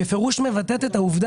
המצב בארץ מחייב התגייסות של כולם.